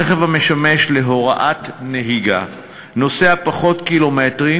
רכב המשמש להוראת נהיגה נוסע פחות קילומטרים,